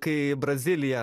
kai brazilija